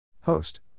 host